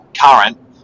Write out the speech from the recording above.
current